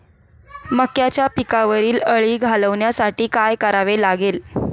मक्याच्या पिकावरील अळी घालवण्यासाठी काय करावे लागेल?